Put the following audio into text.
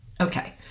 okay